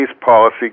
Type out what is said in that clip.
policy